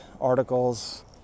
articles